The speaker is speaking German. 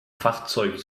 fahrzeug